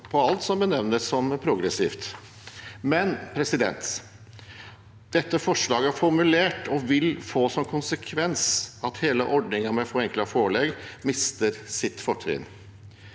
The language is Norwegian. på alt som benevnes som progressivt, men dette forslaget er formulert slik og vil få som konsekvens at hele ordningen med forenklet forelegg mister sitt fortrinn.